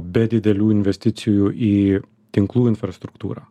be didelių investicijų į tinklų infrastruktūrą